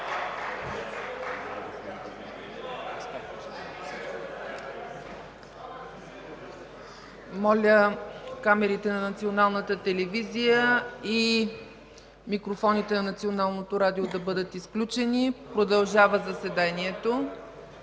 Моля, камерите на Националната телевизия и микрофоните на Националното радио да бъдат изключени – продължава заседанието.